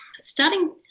starting